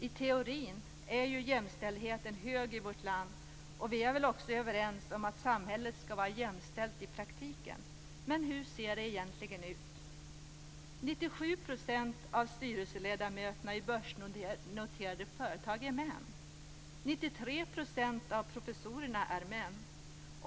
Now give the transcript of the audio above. I teorin är ju jämställdheten omfattande i vårt land, och vi är väl också överens om att samhället skall vara jämställt i praktiken. Men hur ser det egentligen ut?